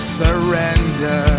surrender